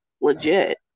legit